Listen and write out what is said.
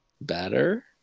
Better